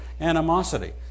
animosity